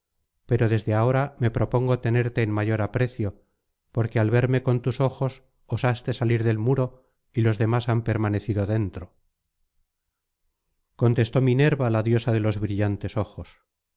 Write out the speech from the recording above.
pero desde ahora me propongo tenerte en mayor aprecio porque al verme con tus ojos osaste salir del muro y los demás han permanecido dentro contestó minerva la diosa de los brillantes ojos